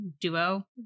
duo